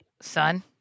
son